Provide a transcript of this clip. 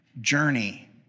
journey